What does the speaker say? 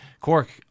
Cork